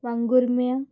वागुर्म्या